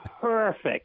perfect